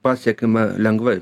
pasiekiama lengvai